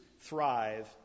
thrive